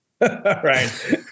Right